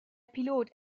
pilot